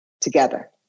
together